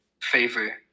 favor